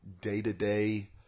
day-to-day